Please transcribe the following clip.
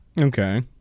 Okay